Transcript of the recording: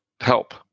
help